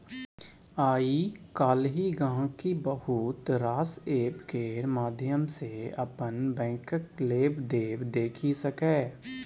आइ काल्हि गांहिकी बहुत रास एप्प केर माध्यम सँ अपन बैंकक लेबदेब देखि सकैए